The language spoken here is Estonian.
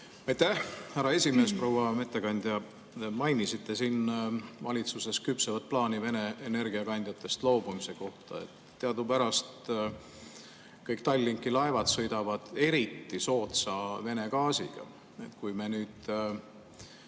Aitäh, härra esimees! Proua ettekandja! Te mainisite siin valitsuses küpsevat plaani Vene energiakandjatest loobumise kohta. Teadupärast kõik Tallinki laevad sõidavad eriti soodsa Vene gaasiga. Kui me nüüd